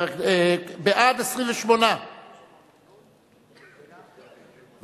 (תיקון, זכאות לקצבת זיקנה לעקרת-בית